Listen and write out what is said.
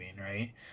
right